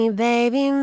baby